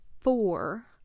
four